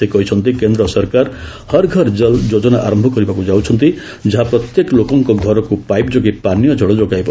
ସେ କହିଛନ୍ତି କେନ୍ଦ୍ର ସରକାର ହର୍ ଘର୍ କଳ୍ ଯୋଜନା ଆରମ୍ଭ କରିବାକୁ ଯାଉଛନ୍ତି ଯାହା ପ୍ରତ୍ୟେକ ଲୋକଙ୍କ ଘରକୁ ପାଇପ୍ ଯୋଗେ ପାନୀୟ ଜଳ ଯୋଗାଇବ